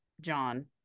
John